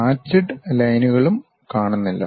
hatched ലൈൻകളും കാണുന്നില്ല